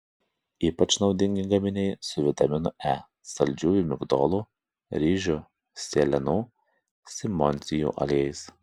ypač naudingi gaminiai su vitaminu e saldžiųjų migdolų ryžių sėlenų simondsijų aliejais